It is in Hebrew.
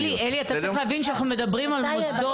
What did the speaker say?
אלי, אתה צריך להבין שאנחנו מדברים על מעונות